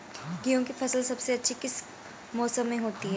गेंहू की फसल सबसे अच्छी किस मौसम में होती है?